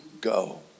go